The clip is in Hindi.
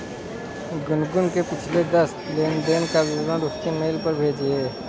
गुनगुन के पिछले दस लेनदेन का विवरण उसके मेल पर भेजिये